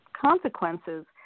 consequences